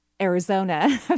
Arizona